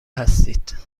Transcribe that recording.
هستید